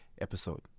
episode